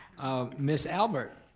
miss albert,